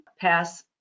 pass